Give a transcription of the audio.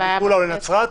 לעפולה ולנצרת.